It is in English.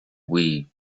wii